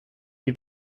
wie